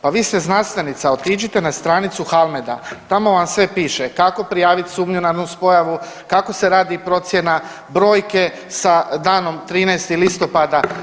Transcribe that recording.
Pa vi ste znanstvenica, otiđite na stranicu Halmeda tamo vam sve piše kako prijaviti sumnju na nuspojavu, kako se radi p0rocjena, brojke sa danom 13. listopada.